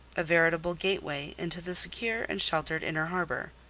a veritable gateway, into the secure and sheltered inner harbour.